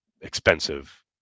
expensive